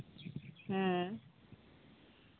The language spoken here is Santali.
ᱦᱮᱸ